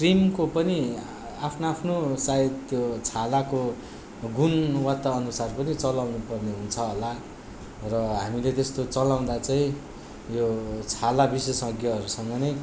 क्रिमको पनि आफ्नो आफ्नो सायद त्यो छालाको गुणवत्ताअनुसार पनि चलाउनु पर्ने हुन्छ होला र हामीले त्यस्तो चलाउँदा चाहिँ यो छाला विशेषज्ञहरूसँग नै